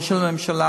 לא של הממשלה.